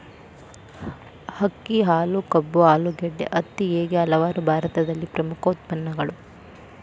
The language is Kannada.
ಅಕ್ಕಿ, ಹಾಲು, ಕಬ್ಬು, ಆಲೂಗಡ್ಡೆ, ಹತ್ತಿ ಹೇಗೆ ಹಲವಾರು ಭಾರತದಲ್ಲಿ ಪ್ರಮುಖ ಉತ್ಪನ್ನಗಳು